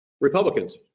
republicans